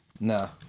No